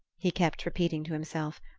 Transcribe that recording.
he kept repeating to himself,